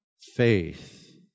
faith